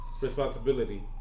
responsibility